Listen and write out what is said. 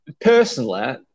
Personally